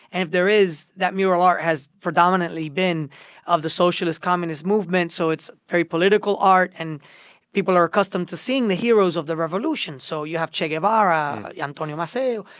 and if there is, that mural has predominantly been of the socialist, communist movement, so it's very political art. and people are accustomed to seeing the heroes of the revolution. so you have che guevara, antonio maceo,